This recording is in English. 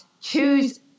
choose